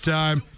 time